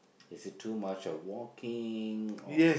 is it too much of walking or